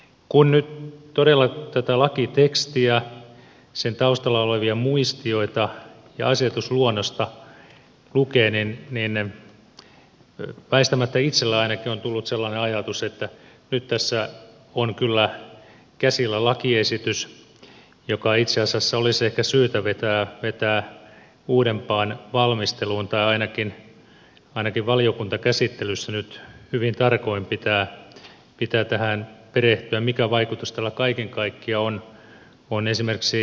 kun nyt todella tätä lakitekstiä sen taustalla olevia muistioita ja asetusluonnosta lukee niin väistämättä itselleni ainakin on tullut sellainen ajatus että nyt tässä on kyllä käsillä lakiesitys joka itse asiassa olisi ehkä syytä vetää uudempaan valmisteluun tai ainakin valiokuntakäsittelyssä nyt hyvin tarkoin pitää tähän perehtyä mikä vaikutus tällä kaiken kaikkiaan on esimerkiksi alueitten kannalta